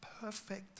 perfect